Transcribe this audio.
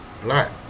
Black